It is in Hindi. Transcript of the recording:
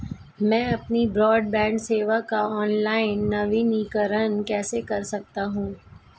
मैं अपनी ब्रॉडबैंड सेवा का ऑनलाइन नवीनीकरण कैसे कर सकता हूं?